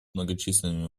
многочисленными